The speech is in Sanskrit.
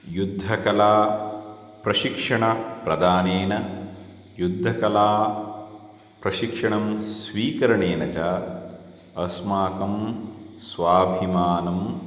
युद्धकला प्रशिक्षणप्रदानेन युद्धकला प्रशिक्षणं स्वीकरणेन च अस्माकं स्वाभिमानं